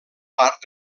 part